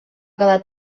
quedar